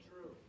true